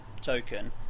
token